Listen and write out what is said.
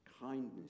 kindness